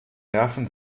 nerven